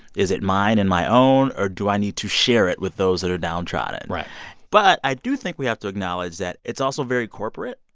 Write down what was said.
is it mine and my own, or do i need to share it with those that are downtrodden? right but i do think we have to acknowledge that it's also very corporate.